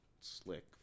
slick